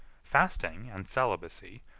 fasting and celibacy,